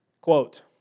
Quote